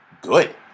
good